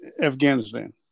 Afghanistan